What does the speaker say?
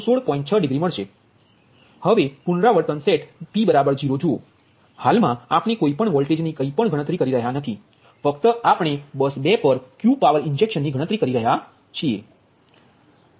હવે પુનરાવર્તનો set p 0 જુઓ હાલમાં આપણે કોઈપણ વોલ્ટેજ ની કંઈપણ ગણતરી કરી રહ્યા નથી ફક્ત આપણે બસ 2 પર Q પાવર ઇન્જેક્શનની ગણતરી કરી રહ્યા છીએ